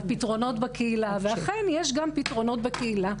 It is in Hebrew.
על פתרונות בקהילה ואכן יש גם פתרונות בקהילה,